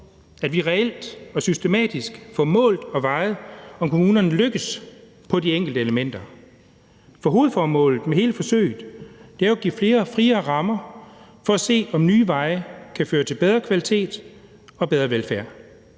at vi reelt og systematisk får målt og vejet, om kommunerne lykkes med de enkelte elementer. For hovedformålet med hele forsøget er at give friere rammer for at se, om nye veje kan føre til bedre kvalitet og bedre velfærd.